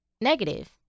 negative